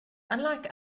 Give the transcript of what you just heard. unlike